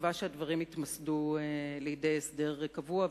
ומקווה שהדברים יתמסדו לכדי הסדר קבוע,